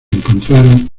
encontraron